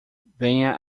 venha